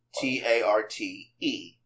T-A-R-T-E